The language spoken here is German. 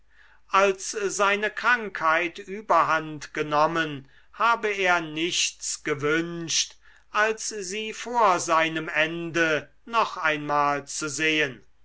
als seine krankheit überhand genommen habe er nichts gewünscht als sie vor seinem ende noch einmal zu sehen